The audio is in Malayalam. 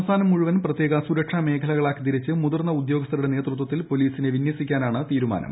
സംസ്ഥാനം മുഴുവൻ പ്രത്യേക സുരക്ഷാമേഖലകളാക്കി തിരിച്ച് മുതിർന്ന ഉദ്യോഗസ്ഥരുടെ നേതൃത്വത്തിൽ പോലീസിനെ വിന്യസിക്കാനാണ് തീരുമാനം